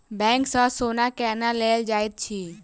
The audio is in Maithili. बैंक सँ सोना केना लेल जाइत अछि